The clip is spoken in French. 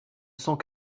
cent